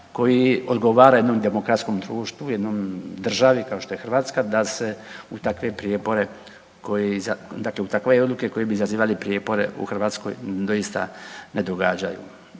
koji odgovara jednom demokratskom društvu, jednom, državi kao što je Hrvatska da se u takve prijepore koji, dakle u takve odluke koji bi zazivali prijepore u Hrvatskoj doista ne događaju.